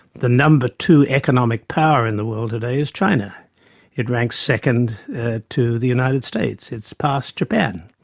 the number two economic power in the world today is china it ranks second to the united states, it's passed japan.